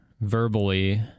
verbally